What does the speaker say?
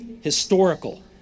historical